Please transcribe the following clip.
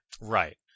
Right